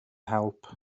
help